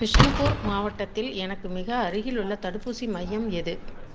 பிஷ்ணுபுர் மாவட்டத்தில் எனக்கு மிக அருகிலுள்ள தடுப்பூசி மையம் எது